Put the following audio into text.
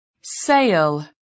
sale